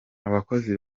abakozi